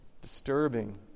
Disturbing